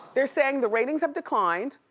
they're saying the ratings have declined.